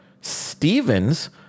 Stevens